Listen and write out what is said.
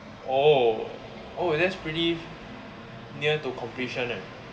oh oh that's pretty near to completion leh